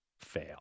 fail